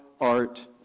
art